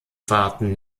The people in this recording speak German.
fahrten